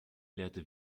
lehrte